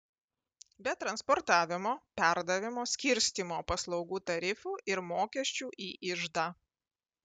be transportavimo perdavimo skirstymo paslaugų tarifų ir mokesčių į iždą